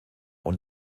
und